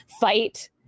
fight